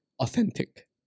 authentic